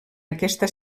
aquesta